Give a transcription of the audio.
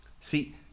See